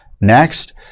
next